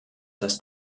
dass